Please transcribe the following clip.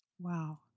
Wow